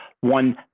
one